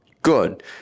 Good